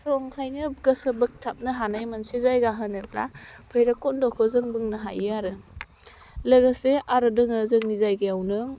स ओंखायनो गोसो बोगथाबनो हानाय मोनसे जायगा होनोब्ला भैराबकुन्दखौ जों बुंनो हायो आरो लोगोसे आरो दोङो जोंनि जायगायावनो